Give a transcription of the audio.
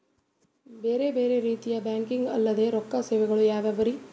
ಬೇರೆ ಬೇರೆ ರೀತಿಯ ಬ್ಯಾಂಕಿಂಗ್ ಅಲ್ಲದ ರೊಕ್ಕ ಸೇವೆಗಳು ಯಾವ್ಯಾವ್ರಿ?